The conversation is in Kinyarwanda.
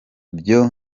byo